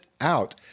out